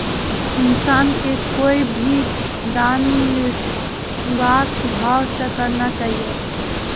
इंसान के कोय भी दान निस्वार्थ भाव से करना चाहियो